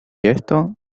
esto